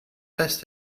best